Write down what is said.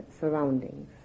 surroundings